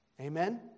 Amen